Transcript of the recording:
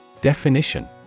Definition